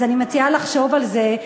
אז אני מציעה לחשוב על זה.